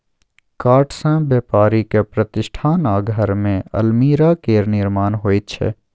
काठसँ बेपारिक प्रतिष्ठान आ घरमे अलमीरा केर निर्माण होइत छै